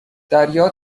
دریا